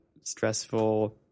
stressful